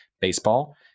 baseball